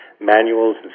manuals